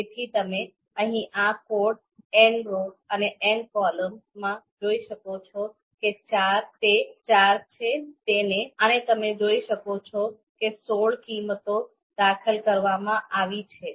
તેથી તમે અહીં આ કોડ 'nrow' અને 'ncol' માં જોઈ શકો છો તે ચાર છે અને તમે જોઈ શકો છો કે સોળ કિંમતો દાખલ કરવામાં આવી છે